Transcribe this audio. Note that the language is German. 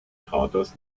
kraters